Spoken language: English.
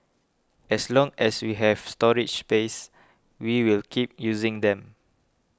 as long as we have storage space we will keep using them